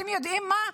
אתם יודעים מה,